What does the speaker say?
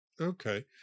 Okay